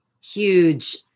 huge